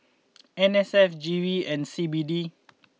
N S F G V and C B D